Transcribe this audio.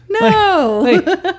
No